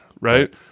Right